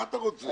מה אתה רוצה.